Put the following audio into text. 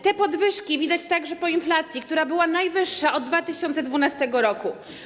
Te podwyżki widać także po inflacji, która była najwyższa od 2012 r.